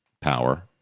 power